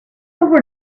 over